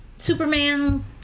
Superman